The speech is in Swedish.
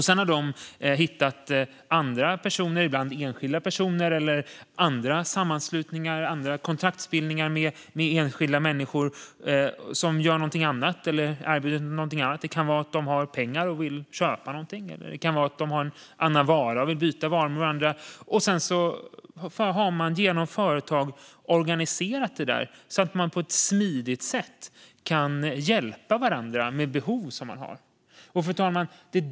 Sedan har de hittat andra personer - ibland enskilda personer eller andra sammanslutningar och kontaktbildningar med enskilda människor som gör eller erbjuder något annat. De har kanske pengar och vill köpa något. De har kanske en vara och vill byta mot något annat. Sedan har man genom företag organiserat det hela så att man på ett smidigt sätt kan hjälpa varandra med de behov man har. Fru talman!